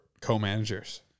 co-managers